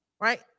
right